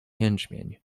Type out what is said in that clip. jęczmień